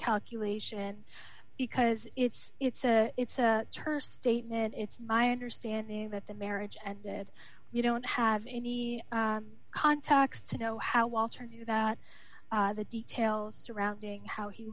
calculation because it's it's a it's a terse statement and it's my understanding that the marriage and did you don't have any contacts to know how walter knew that the details surrounding how he